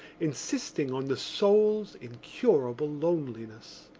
insisting on the soul's incurable loneliness.